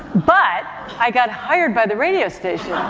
but i got hired by the radio station ah